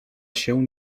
się